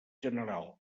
general